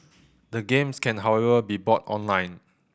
the games can however be bought online